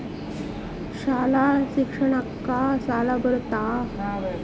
ಶಾಲಾ ಶಿಕ್ಷಣಕ್ಕ ಸಾಲ ಬರುತ್ತಾ?